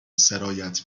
سرایت